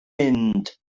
mynd